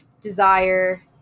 desire